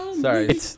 Sorry